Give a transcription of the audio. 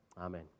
Amen